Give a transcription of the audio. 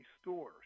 stores